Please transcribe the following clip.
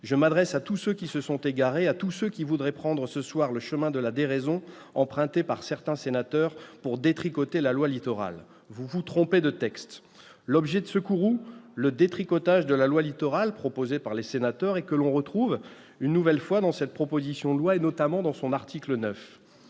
Je m'adresse à tous ceux qui se sont égarés, à tous ceux qui voudraient prendre, ce soir, le chemin de la déraison emprunté par certains sénateurs pour détricoter la loi Littoral : vous vous trompez de texte. » L'objet de ce courroux était le détricotage de la loi Littoral proposé par les sénateurs et que l'on retrouve une nouvelle fois dans cette proposition de loi, notamment dans son article 9.